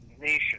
nation